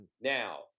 now